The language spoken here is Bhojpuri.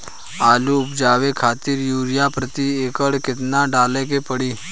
आलू उपजावे खातिर यूरिया प्रति एक कट्ठा केतना डाले के पड़ी?